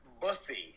bussy